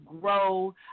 grow